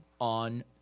on